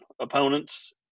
opponents